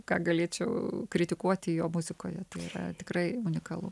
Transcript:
ką galėčiau kritikuoti jo muzikoje tai yra tikrai unikalu